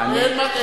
השר כחלון,